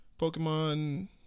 Pokemon